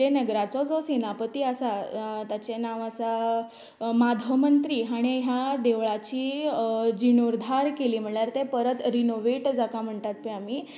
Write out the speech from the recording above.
विजयनगराचो जो सेनापती आसा ताचें नांव आसा माधव मंत्री आनी ह्या देवळाची जिणोर्धार केली म्हळ्यार तें परत रिनोवेट जाता म्हणटात तें आमी